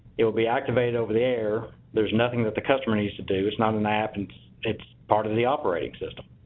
it'll be activated over the air. there's nothing that the customer needs to do, there's not an app, and it's part of the operating system.